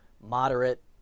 moderate